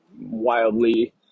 wildly